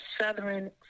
Southern